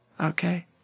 Okay